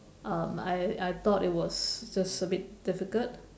um I I thought it was just a bit difficult